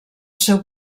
seu